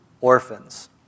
orphans